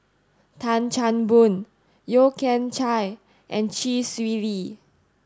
Tan Chan Boon Yeo Kian Chai and Chee Swee Lee